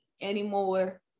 anymore